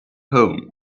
home